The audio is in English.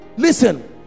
listen